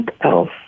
else